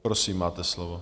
Prosím, máte slovo.